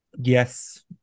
yes